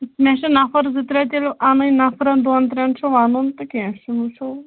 مےٚ چھِ نَفر زٕ ترٛےٚ تیٚلہِ اَنٕنۍ نَفرَن دۄن ترٛٮ۪ن چھُ وَنُن تہٕ کینٛہہ چھُنہٕ وٕچھو